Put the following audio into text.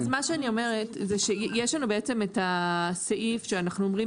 אני אומרת שיש לנו את הסעיף בו אנחנו אומרים